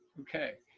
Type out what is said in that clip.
okay.